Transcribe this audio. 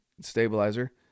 stabilizer